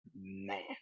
man